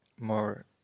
more